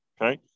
okay